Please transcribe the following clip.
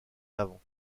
l’avant